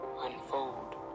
unfold